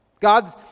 God's